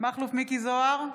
מכלוף מיקי זוהר,